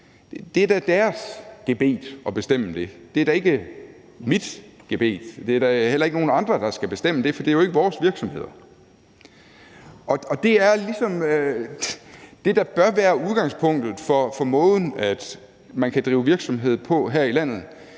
Det er da deres gebet at bestemme det. Det er da ikke mit gebet, og der er heller ikke nogen andre, der skal bestemme det, for det er jo ikke vores virksomheder. Det er ligesom det, der bør være udgangspunktet for måden, man kan drive virksomhed på her i landet.